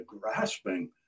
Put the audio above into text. grasping